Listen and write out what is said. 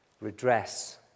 redress